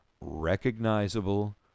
recognizable